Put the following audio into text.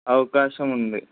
అవకాశం ఉంది